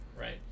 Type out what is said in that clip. right